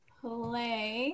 play